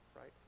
right